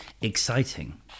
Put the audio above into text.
exciting